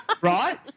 right